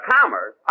Commerce